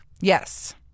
Yes